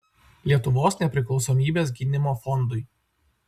lietuvos nepriklausomybės gynimo fondui